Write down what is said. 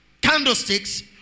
candlesticks